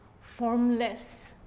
formless